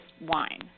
wine